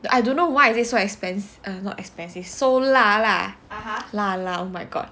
I don't know why is it so expensive uh not expensive so 辣 lah oh my god